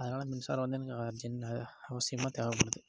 அதனால மின்சாரம் வந்து எனக்கு அர்ஜெண்ட் அவசியமாக தேவைப்படுது